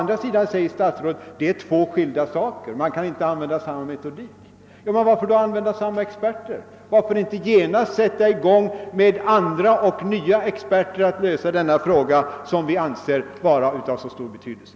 Dessutom sade statsrådet att det är två skilda saker och att man inte kan använda samma metodik. Men varför då använda samma experter, och varför inte genast sätta i gång med andra och nya experter för att lösa denna fråga, som enligt vår åsikt är av så stor betydelse?